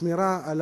שמירה על